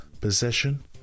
Possession